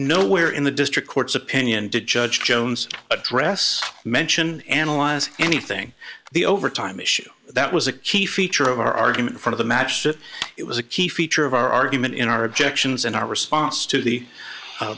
nowhere in the district court's opinion did judge jones address mention analyze anything the overtime issue that was a key feature of our argument for the match that it was a key feature of our argument in our objections in our response to the